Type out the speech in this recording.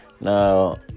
Now